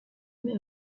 met